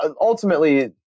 ultimately